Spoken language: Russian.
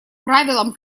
правилом